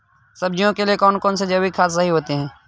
सब्जियों के लिए कौन सी जैविक खाद सही होती है?